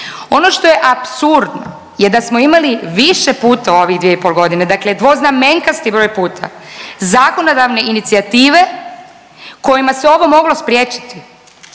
Ono što je apsurdno je da smo imali više puta u ovih 2,5 godine dakle dvoznamenkasti broj puta zakonodavne inicijative kojima se ovo moglo spriječiti,